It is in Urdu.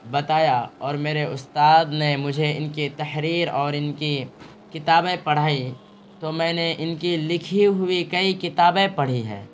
بتایا اور میرے استاد نے مجھے ان کی تحریر اور ان کی کتابیں پڑھائیں تو میں نے ان کی لکھی ہوئی کئی کتابیں پڑھی ہیں